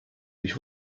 ich